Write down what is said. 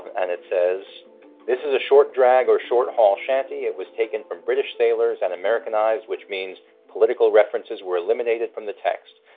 and it says this is a short drag or a short haul shanty. it was taken from british sailors and americanized, which means political references were eliminated from the text.